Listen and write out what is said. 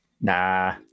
nah